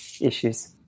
issues